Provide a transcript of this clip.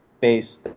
base